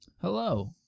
Hello